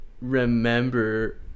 Remember